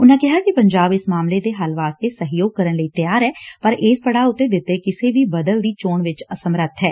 ਉਨਾਂ ਕਿਹਾ ਕਿ ਪੰਜਾਬ ਇਸ ਮਸਲੇ ਦੇ ਹੱਲ ਵਾਸਤੇ ਸਹਿਯੋਗ ਕਰਨ ਲਈ ਤਿਆਰ ਐ ਪਰ ਇਸ ਪੜਾਅ ਉਤੇ ਦਿੱਤੇ ਗਏ ਕਿਸੇ ਵੀ ਬੱਦਲ ਦੀ ਚੋਣ ਵਿਚ ਅਸਮਰੱਥ ਏ